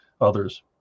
others